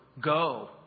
go